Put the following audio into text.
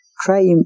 try